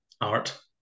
art